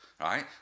right